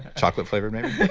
chocolate flavor maybe?